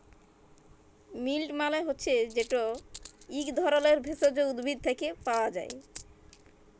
মিল্ট মালে হছে যেট ইক ধরলের ভেষজ উদ্ভিদ থ্যাকে পাওয়া যায়